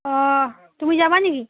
অঁ তুমি যাবা নেকি